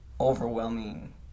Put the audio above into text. overwhelming